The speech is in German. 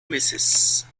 mrs